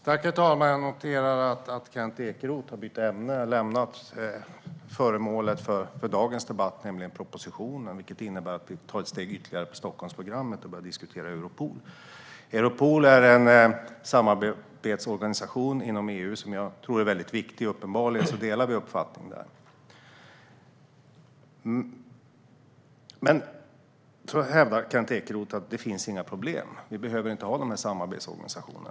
Herr talman! Jag noterar att Kent Ekeroth har bytt ämne och lämnat föremålet för dagens debatt, nämligen den proposition som innebär att vi tar ett steg ytterligare för Stockholmsprogrammet, och börjar diskutera Europol. Europol är en samarbetsorganisation inom EU som är väldigt viktig, och uppenbarligen delar vi den uppfattningen. Samtidigt hävdar Kenth Ekeroth att det inte finns några problem, att vi inte behöver ha dessa samarbetsorganisationer.